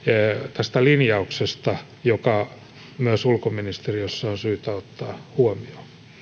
tästä linjauksesta joka myös ulkoministeriössä on syytä ottaa huomioon